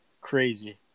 Crazy